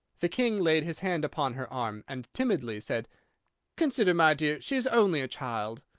the king laid his hand upon her arm, and timidly said consider my dear she is only a child!